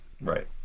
Right